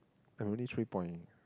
I only three point